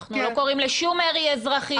אנחנו לא קוראים לשום מרי אזרחי.